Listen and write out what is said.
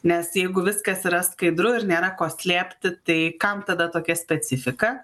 nes jeigu viskas yra skaidru ir nėra ko slėpti tai kam tada tokia specifika